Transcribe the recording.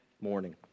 morning